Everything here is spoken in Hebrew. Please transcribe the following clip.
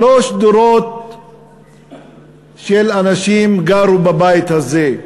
שלושה דורות של אנשים גרו בבית הזה,